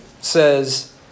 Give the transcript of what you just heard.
says